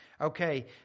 Okay